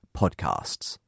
podcasts